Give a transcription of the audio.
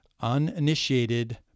uninitiated